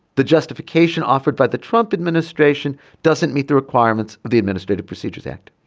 the justification offered by the trump administration doesn't meet the requirements of the administrative procedures act.